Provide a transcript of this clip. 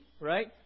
Right